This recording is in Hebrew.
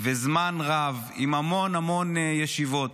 וזמן רב בהרבה מאוד ישיבות.